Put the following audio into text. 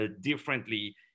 differently